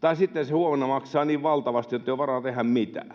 tai sitten se huomenna maksaa niin valtavasti, ettei ole varaa tehdä mitään.